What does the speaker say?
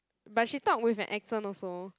but she talk with an accent also